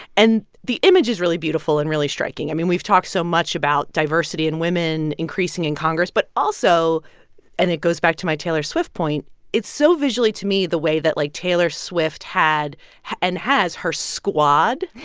and the image is really beautiful and really striking i mean, we've talked so much about diversity and women increasing in congress but also and it goes back to my taylor swift point it's so visually to me the way that, like, taylor swift had had and has her squad,